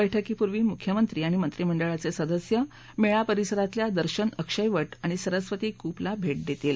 बैठकीपूर्वी मुख्यमंत्री आणि मंत्रीमंडळाचे सदस्य मेळा परिसरातल्या दर्शन अक्षयवट आणि सरस्वती कुपला भेट देतील